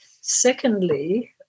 secondly